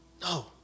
No